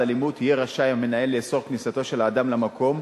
אלימות יהיה רשאי המנהל לאסור כניסתו של האדם למקום,